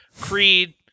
Creed